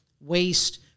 waste